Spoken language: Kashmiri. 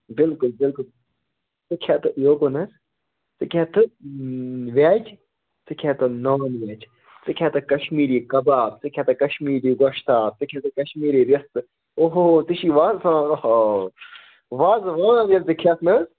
بِلکُل بِلکُل ژٕ کھٮ۪تہٕ یوٚکُن ہا ژٕ کھٮ۪تہٕ ویٚج ژٕ کھٮ۪تہٕ نان ویج ژٕ کھٮ۪تہٕ کَشمیٖری کَباب ژٕ کھٮ۪تہٕ کَشمیٖری گۄشتاب ژٕ کھٮ۪تہٕ کَشمیٖری رِستہٕ اوہوٗ ژےٚ چھُے وازوان اَہاو وازٕوان ییٚلہِ ژٕ کھٮ۪کھ نا